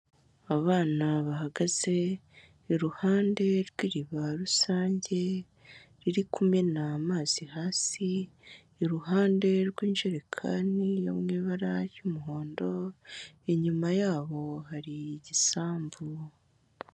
Abana bahagaze iruhande rw'iriba rusange, ririkumena amazi hasi, iruhande rw'injerekani yo mu ibara ry'umuhondo, inyuma yabo hari igisambu.